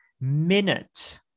minute